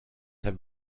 have